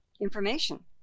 information